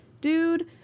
dude